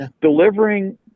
delivering